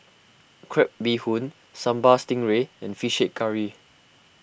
Crab Bee Hoon Sambal Stingray and Fish Head Curry